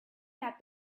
that